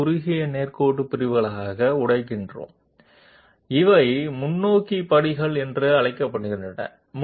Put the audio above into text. curvy linear ఇంటర్పోలేటర్ల విషయంలో మేము వక్ర మార్గాలను చిన్న స్ట్రెయిట్ లైన్ భాగాలుగా విభజిస్తాము మరియు వీటిని ఫార్వర్డ్ స్టెప్స్ అంటారు